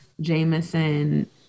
Jameson